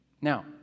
Now